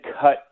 cut